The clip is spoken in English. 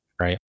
right